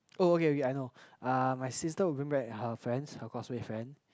oh okay okay I know uh my sister will bring back her friends her coursemate friend